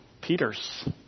Peter's